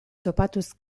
topatuz